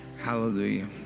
Hallelujah